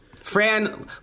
Fran